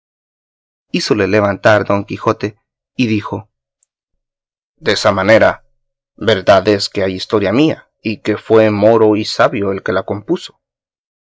gentes hízole levantar don quijote y dijo desa manera verdad es que hay historia mía y que fue moro y sabio el que la compuso